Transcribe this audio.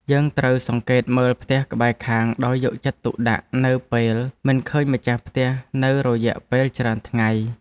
យើងត្រូវសង្កេតមើលផ្ទះក្បែរខាងដោយយកចិត្តទុកដាក់នៅពេលមិនឃើញម្ចាស់ផ្ទះនៅរយៈពេលច្រើនថ្ងៃ។